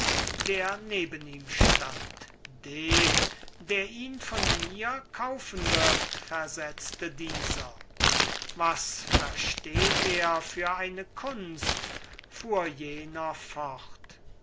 der neben ihm stand dem der ihn von mir kaufen wird versetzte dieser was versteht er für eine kunst fuhr jener fort